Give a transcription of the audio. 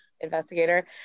investigator